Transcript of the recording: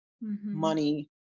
money